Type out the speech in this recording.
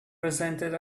presented